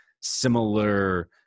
similar